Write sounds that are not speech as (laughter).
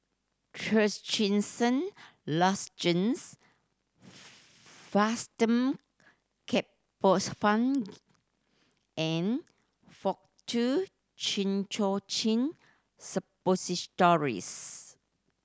Trachisan Lozenges Fastum Ketoprofen (unintelligible) and Faktu Cinchocaine Suppositories